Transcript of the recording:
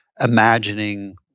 imagining